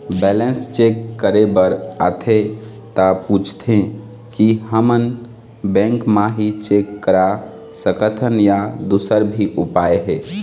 Balance check करे बर आथे ता पूछथें की हमन बैंक मा ही चेक करा सकथन या दुसर भी उपाय हे?